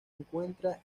encuentra